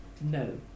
No